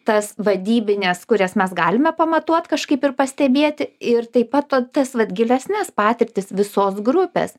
tas vadybines kurias mes galime pamatuot kažkaip ir pastebėti ir taip pat tas vat gilesnes patirtis visos grupės